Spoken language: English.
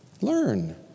Learn